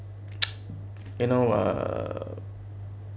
you know uh